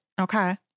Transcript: Okay